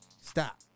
Stop